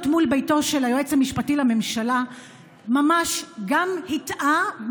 מול ביתו של היועץ המשפטי לממשלה ממש גם הטעה,